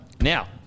Now